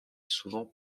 souvent